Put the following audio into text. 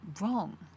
wrong